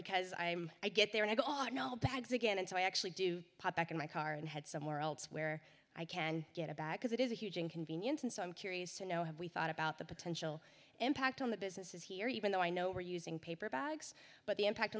because i am i get there and i've gotten all bags again and so i actually do pop back in my car and head somewhere else where i can get a bag because it is a huge inconvenience and so i'm curious to know have we thought about the potential impact on the businesses here even though i know we're using paper bags but the impact